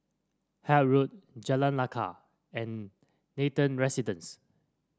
Hythe Road Jalan Lekar and Nathan Residences